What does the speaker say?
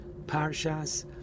Parshas